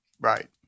right